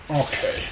Okay